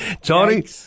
Tony